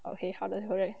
okay 好的 !hooray!